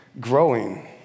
growing